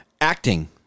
acting